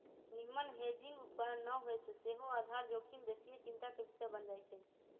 निम्मन हेजिंग उपकरण न होय से सेहो आधार जोखिम बेशीये चिंता के विषय बन जाइ छइ